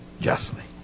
justly